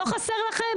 לא חסר לכם?